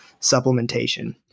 supplementation